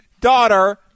daughter